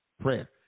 prayer